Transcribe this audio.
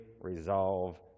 resolve